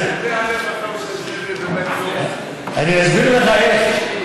איך אתה מסביר, אני אסביר לך איך.